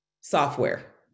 software